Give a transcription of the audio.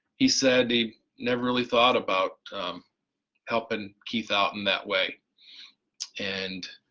he said he never really thought about helping keith out in that way and